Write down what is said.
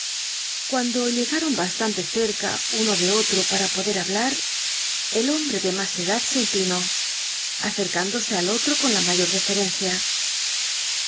cuando llegaron bastante cerca uno de otro para poder hablar el hombre de más edad se inclinó acercándose al otro con la mayor deferencia